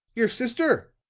your sister?